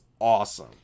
awesome